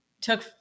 took